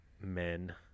men